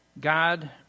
God